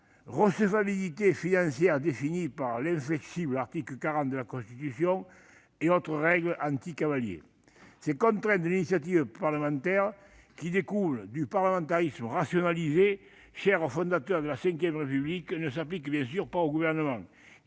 recevabilité financière définie par l'inflexible article 40 de la Constitution et règles anti-cavaliers. Ces dispositions limitant l'initiative parlementaire, qui découlent du parlementarisme rationalisé cher aux fondateurs de la V République, ne s'appliquent bien sûr pas au Gouvernement,